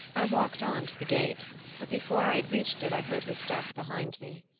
i walked on to the gate but before i had reached it i heard her step behind me.